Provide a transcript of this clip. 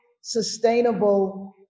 sustainable